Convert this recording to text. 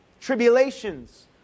tribulations